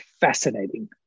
fascinating